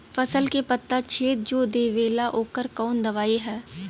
फसल के पत्ता छेद जो देवेला ओकर कवन दवाई ह?